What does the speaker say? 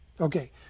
Okay